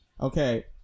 okay